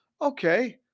Okay